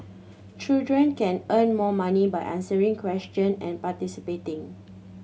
children can earn more money by answering question and participating